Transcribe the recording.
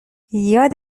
یاد